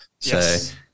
Yes